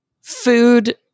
food